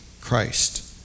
Christ